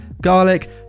garlic